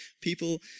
people